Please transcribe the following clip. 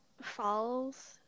falls